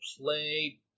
play